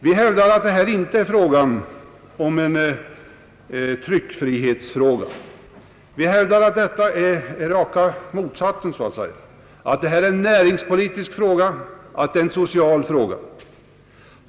Vi hävdar att det här inte rör sig om någon tryckfrihetsfråga utan om en näringspolitisk och social fråga.